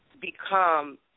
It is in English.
become